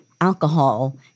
alcohol